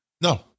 No